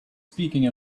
speaking